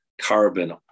carbon